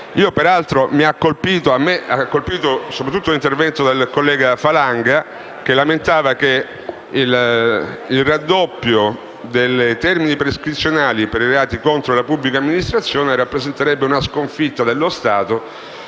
Peraltro mi ha colpito soprattutto l'intervento del collega Falanga, che lamentava che il raddoppio dei termini prescrizionali per i reati contro la pubblica amministrazione rappresenterebbe una sconfitta dello Stato.